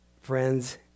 Friends